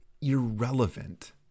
irrelevant